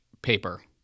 Paper